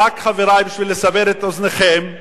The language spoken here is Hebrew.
חברי, רק בשביל לסבר את אוזנכם,